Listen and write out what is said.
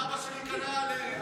למה, אבא שלי קנה לעוד 20 שנה.